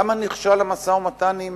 למה נכשל המשא-ומתן עם